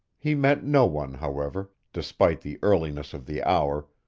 he met no one, however, despite the earliness of the hour,